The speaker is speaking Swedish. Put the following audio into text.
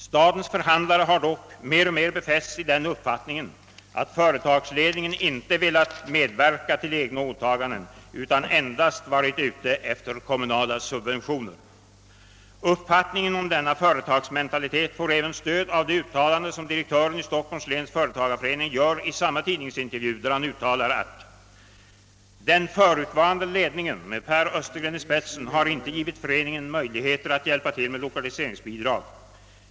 Stadens förhandlare har dock mer och mer befästs i den uppfattningen att företags ledningen inte har velat medverka till egna åtaganden utan endast har varit ute efter kommunala subventioner. Uppfattningen om denna företagsmentalitet får även stöd av det uttalande som direktören i Stockholms läns företagareförening gör i samma tidningsintervju, där han uttalar: »Den förutvarande ledningen med ——— i spetsen har inte givit föreningen möjligheter att hjälpa till med lokaliseringsbidrag.